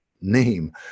name